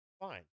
Fine